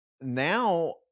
Now